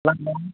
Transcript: मा खालामगोन